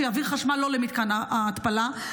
שיביא חשמל לא למתקן ההתפלה.